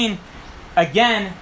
again